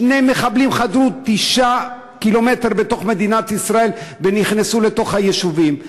שני מחבלים חדרו 9 קילומטרים בתוך מדינת ישראל ונכנסו לתוך יישובים.